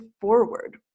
forward